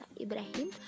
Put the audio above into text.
Ibrahim